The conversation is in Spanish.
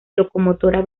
locomotora